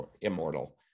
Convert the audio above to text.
immortal